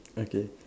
okay